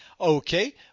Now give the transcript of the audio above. Okay